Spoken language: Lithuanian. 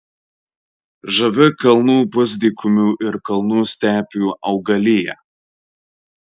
žavi kalnų pusdykumių ir kalnų stepių augalija